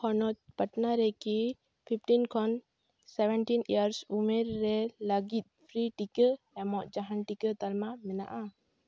ᱦᱚᱱᱚᱛ ᱯᱟᱴᱱᱟ ᱨᱮᱠᱤ ᱯᱷᱤᱯᱷᱴᱤ ᱠᱷᱚᱱ ᱥᱮᱵᱷᱮᱱᱴᱤᱱ ᱤᱭᱟᱨᱥ ᱩᱢᱮᱨ ᱨᱮ ᱞᱟᱹᱜᱤᱫ ᱯᱷᱨᱤ ᱴᱤᱠᱟᱹ ᱮᱢᱚᱜ ᱡᱟᱦᱟᱱ ᱴᱤᱠᱟᱹ ᱛᱟᱞᱢᱟ ᱢᱮᱱᱟᱜᱼᱟ